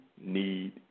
need